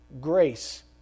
grace